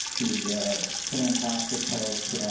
he was a fantastic coach.